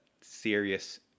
serious